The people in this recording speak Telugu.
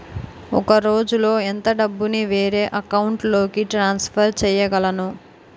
ఒక రోజులో ఎంత డబ్బుని వేరే అకౌంట్ లోకి ట్రాన్సఫర్ చేయగలను?